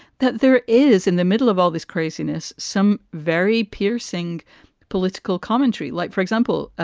that there is in the middle of all this craziness, some very piercing political commentary, like, for example,